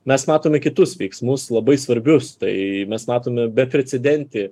mes matome kitus veiksmus labai svarbius tai mes matome beprecedentį